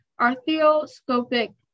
arthroscopic